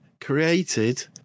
created